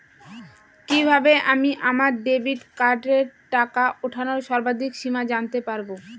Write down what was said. কিভাবে আমি আমার ডেবিট কার্ডের টাকা ওঠানোর সর্বাধিক সীমা জানতে পারব?